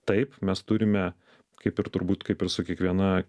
taip mes turime kaip ir turbūt kaip ir su kiekviena